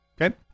Okay